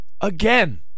Again